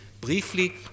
briefly